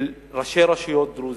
של ראשי רשויות דרוזים.